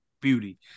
beauty